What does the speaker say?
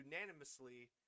unanimously